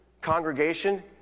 congregation